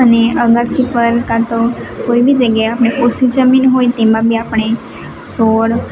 અને અગાસી પણ કાં તો કોઈ બી જગ્યાએ આપણે ઓછી જમીન હોય તેમાં બી આપણે છોડ